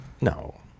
no